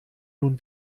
nun